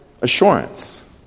assurance